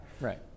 Right